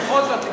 ובכל זאת,